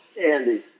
Andy